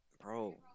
bro